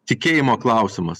tikėjimo klausimas